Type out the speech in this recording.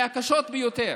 מהקשות ביותר.